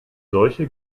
solche